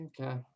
Okay